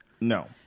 No